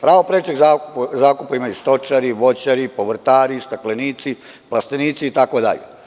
Pravo prečeg zakupa imaju stočari, voćari, povrtari, staklenici, plastenici itd.